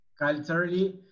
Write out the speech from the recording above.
culturally